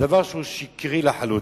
זה דבר שהוא שקרי לחלוטין.